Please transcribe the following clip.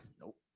Nope